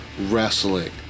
wrestling